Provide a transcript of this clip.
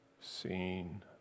seen